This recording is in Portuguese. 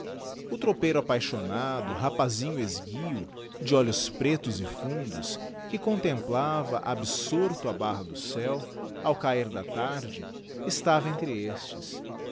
o tropeiro apaixonado rapazinho esguio de olhos pretos e fundos que contemplava absorto a barra do céu ao cahir da tarde estava entre estes